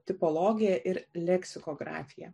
tipologiją ir leksikografiją